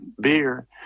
beer